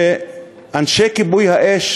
שאנשי כיבוי האש